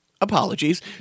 apologies